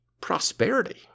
prosperity